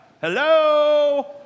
Hello